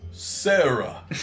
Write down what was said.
Sarah